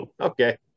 okay